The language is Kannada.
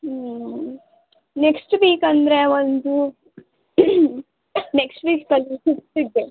ಹ್ಞೂ ನೆಕ್ಶ್ಟ್ ವೀಕ್ ಅಂದರೆ ಒಂದು ನೆಕ್ಶ್ಟ್ ವೀಕಲ್ಲಿ ಫಿಫ್ತ್ ಇದ್ದೆ